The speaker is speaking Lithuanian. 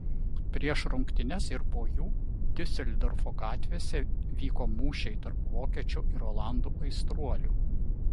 prieš rungtynes ir po jų diuseldorfo gatvėse vyko mūšiai tarp vokiečių ir olandų aistruolių